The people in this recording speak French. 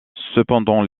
cependant